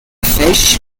fish